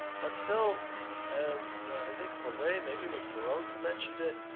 but still as i think jose maybe it was ferose who mentioned it,